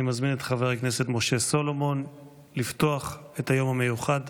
אני מזמין את חבר הכנסת משה סולומון לפתוח את היום המיוחד.